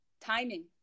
timing